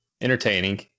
Entertaining